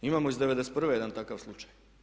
Imamo iz '91. jedan takav slučaj.